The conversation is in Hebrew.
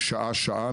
שעה-שעה,